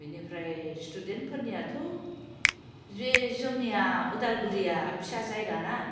बेनिफ्राय स्थुदेन्तफोरनियाथ' जे जोंनिया उदालगुरिआ फिसा जायगाना